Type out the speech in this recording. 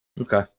Okay